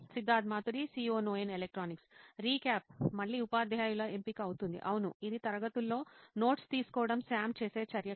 Siddharth Maturi CEO నోయిన్ electronics recap మళ్లీ ఉపాధ్యాయుల ఎంపిక అవుతుంది అవును ఇది తరగతుల్లో నోట్స్ తీసుకోవటం సామ్ చేసే చర్య కాదు